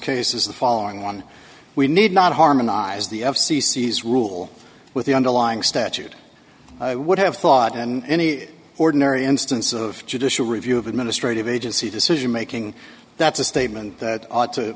case is the following one we need not harmonize the f c c is rule with the underlying statute i would have thought and any ordinary instance of judicial review of administrative agency decision making that's a statement that ought to